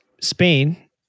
spain